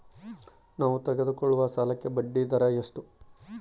ನಾವು ತೆಗೆದುಕೊಳ್ಳುವ ಸಾಲಕ್ಕೆ ಬಡ್ಡಿದರ ಎಷ್ಟು?